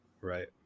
right